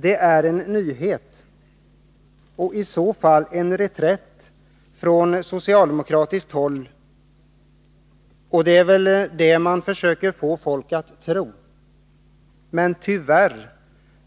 Det är en nyhet och i så fall en reträtt från socialdemokratiskt håll, och det är väl det man försöker få folk att tro. Men tyvärr